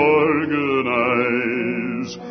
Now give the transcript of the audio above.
organize